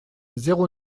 zéro